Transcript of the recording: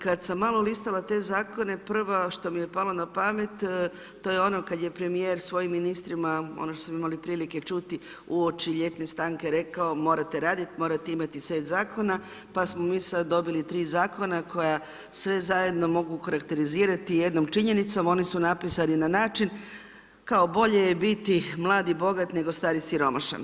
Kad sam malo listala te zakone, prvo što mi je palo na pamet, to je ono kad je premijer svojim ministrima ono što smo imali prilike čuti uoči ljetne stanke rekao, morate raditi, morate imat set zakona, pa smo mi sad dobili 3 zakona koja sve zajedno mogu okarakterizirati jednom činjenicom, oni su napisani na način kao bolje je biti mlad i bogat nego star i siromašan.